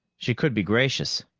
she could be gracious,